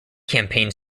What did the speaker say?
campaign